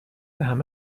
همه